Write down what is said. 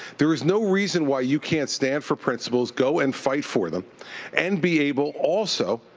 there is no reason why you can't stand for principles, go and fight for them and be able also,